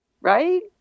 Right